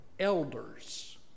Elders